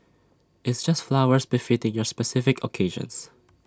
it's just flowers befitting your specific occasions